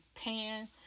pan